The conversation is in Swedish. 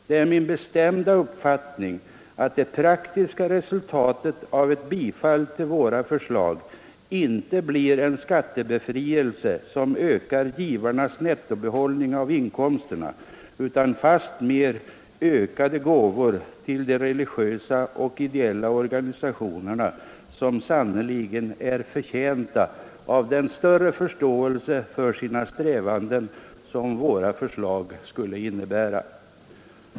Det är min bestämda uppfattning att det praktiska resultatet av ett bifall till våra förslag inte blir en skattebefrielse som ökar givarnas nettobehållning av inkomsterna utan fastmer ökade gåvor till de religiösa och ideella organisationerna, som sannerligen är förtjänta av den större förståelse för sina strävanden som våra förslag innebär.